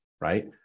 right